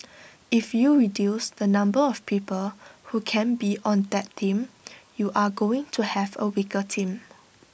if you reduce the number of people who can be on that team you're going to have A weaker team